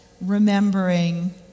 remembering